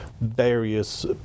various